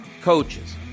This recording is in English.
coaches